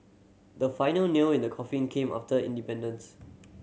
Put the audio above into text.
the final nail in the coffin came after independence